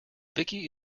vicky